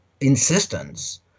insistence